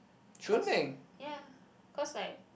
cause ya cause like